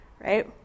right